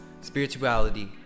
spirituality